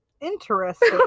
Interesting